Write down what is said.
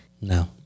No